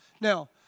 Now